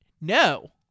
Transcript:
No